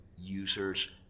users